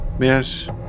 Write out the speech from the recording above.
Yes